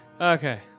Okay